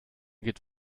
geht